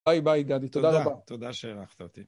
ביי ביי גדי, תודה רבה. תודה, תודה שאירחת אותי.